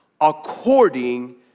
according